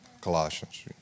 Colossians